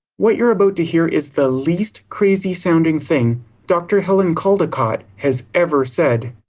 what you are about to hear is the least crazy sounding thing dr. helen caldicott has ever said.